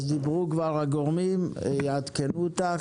דיברו כבר הגורמים, יעדכנו אותך.